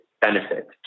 benefit